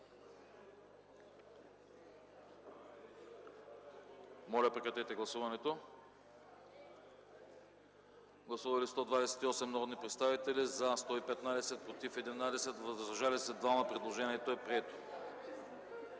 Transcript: Моля да гласувате. Гласували 128 народни представители: за 115, против 11, въздържали се 2. Предложението е прието.